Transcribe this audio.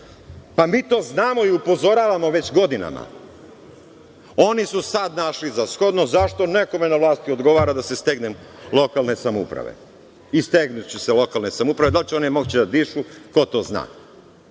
Pa, mi to znamo i upozoravamo već godinama. Oni su sad našli za shodno zašto nekome na vlasti odgovara da se stegnu lokalne samouprave. I stegnuće se lokalne samouprave. Da li će one moći da dišu, ko to zna. Mi